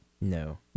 No